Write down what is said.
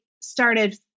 started